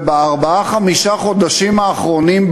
ובארבעה-חמישה החודשים האחרונים,